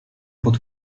pod